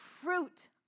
fruit